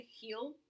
heal